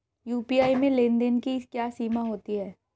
UPI में लेन देन की क्या सीमा होती है?